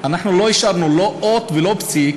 לא אישרנו לא אות ולא פסיק